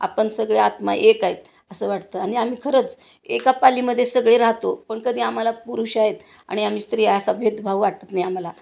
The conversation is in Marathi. आपण सगळे आत्मा एक आहेत असं वाटतं आणि आम्ही खरंच एका पालीमध्ये सगळे राहतो पण कधी आम्हाला पुरुष आहेत आणि आम्ही स्त्रिया असा भेदभाव वाटत नाही आम्हाला